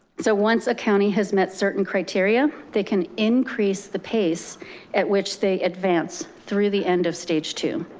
so once a county has met certain criteria, they can increase the pace at which they advance through the end of stage two,